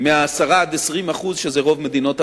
מה-10% 20% שזה ברוב מדינות המערב,